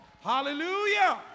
Hallelujah